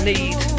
Need